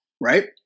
right